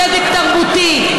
צדק תרבותי,